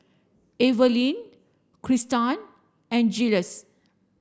Evalyn Kristan and Jiles